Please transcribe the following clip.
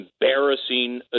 embarrassing